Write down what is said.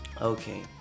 Okay